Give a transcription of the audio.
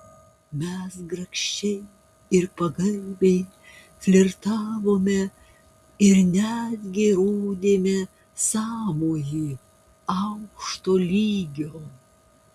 mes grakščiai ir pagarbiai flirtavome ir netgi rodėme sąmojį aukšto lygio